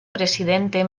presidente